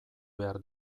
behar